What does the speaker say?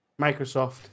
Microsoft